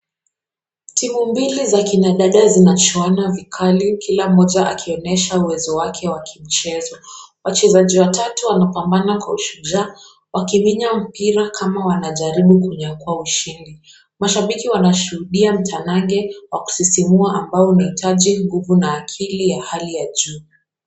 Timu mbili za kina dada zinachuana vikali kila mmoja akionyesha uwezo wake wa kimchezo, wachezaji watatu wanapambana Kwa ushujaa wakiminya mpira kama wakijaribu kunyakua mashindi, mashabiki wanashuhudia mtanange wa kisisimua ambao unahitaji nguvu na akili ya Hali ya juu .